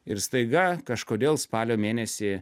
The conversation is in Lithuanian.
ir staiga kažkodėl spalio mėnesį